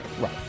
Right